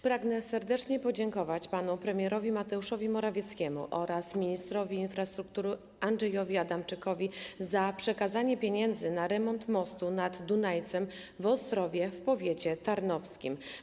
Pragnę serdecznie podziękować panu premierowi Mateuszowi Morawieckiemu oraz ministrowi infrastruktury Andrzejowi Adamczykowi za przekazanie pieniędzy na remont mostu nad Dunajcem w Ostrowie w powiecie tarnowskim.